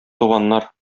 туганнар